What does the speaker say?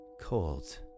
cold